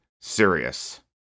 serious